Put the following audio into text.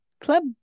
club